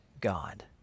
God